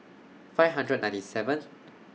five hundred ninety seven